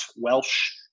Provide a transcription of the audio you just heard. Welsh